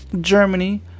Germany